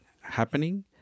happening